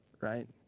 right